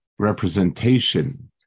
Representation